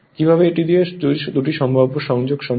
কিভাবে এটি দিয়ে দুটি সম্ভাব্য সংযোগ সম্ভব